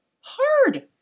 hard